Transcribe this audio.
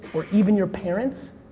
or even, your parents,